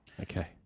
Okay